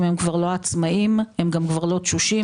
הם כבר לא עצמאים; הם כבר גם לא תשושים.